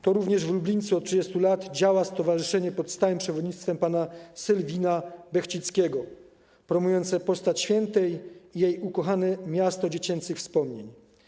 To również w Lublińcu od 30 lat działa stowarzyszenie pod stałym przewodnictwem pana Sylwina Bechcickiego promujące postać świętej i jej ukochane miasto dziecięcych wspomnień.